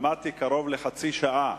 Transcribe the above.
עמדתי קרוב לחצי שעה.